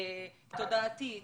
תודעתית,